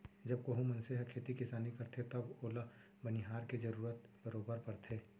जब कोहूं मनसे ह खेती किसानी करथे तव ओला बनिहार के जरूरत बरोबर परथे